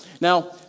Now